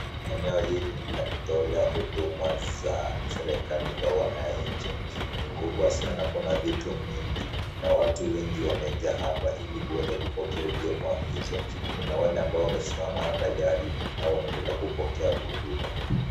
Eneo hili ni la kutolea huduma za serikali kwa wananchi. Ni kubwa sana kuna vitu mingi, na watu wengi wamejaa hapa ili waweze kupokea huduma hizo. Kuna wale ambao wamesimama tayari, na wanaendelea kupokea huduma.